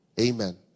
Amen